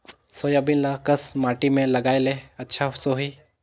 Soybean ल कस माटी मे लगाय ले अच्छा सोही?